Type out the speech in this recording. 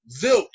zilch